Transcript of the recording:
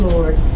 Lord